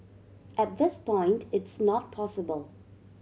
at this point it's not possible